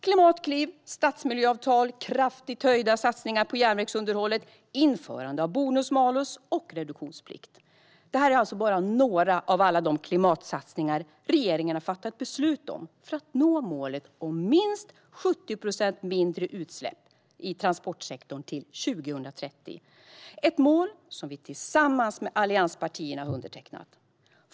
Klimatkliv, stadsmiljöavtal, kraftigt ökade satsningar på järnvägsunderhållet, införande av bonus-malus och reduktionsplikt är bara några av alla de klimatsatsningar regeringen har fattat beslut om för att nå målet om minst 70 procent mindre utsläpp i transportsektorn till 2030 - ett mål som vi tillsammans med allianspartierna har undertecknat.